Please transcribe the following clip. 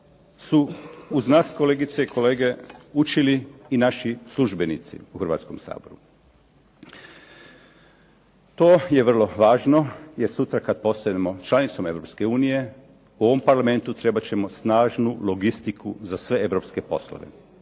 su uz nas kolegice i kolege učili i naši službenici u Hrvatskom saboru. To je vrlo važno jer sutra kada postanemo članicom Europske unije, u ovom parlamentu trebat ćemo snažnu logistiku za sve poslove,